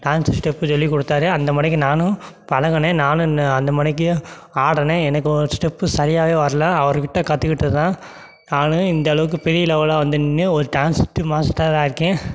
dance step சொல்லிக் கொடுத்தாரு அந்த மாரிக்கு நானும் பழகுனேன் நானும் அந்த மாரிக்கு ஆடினேன் எனக்கு ஒரு ஸ்டெப்பு சரியாவே வரல அவர் கிட்டே கற்றுக்கிட்டு தான் நான் இந்த அளவுக்கு பெரிய லெவலாக வந்து நின்று ஒரு டான்ஸு மாஸ்டராக இருக்கேன்